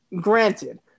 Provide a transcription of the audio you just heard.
Granted